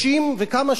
69 יום.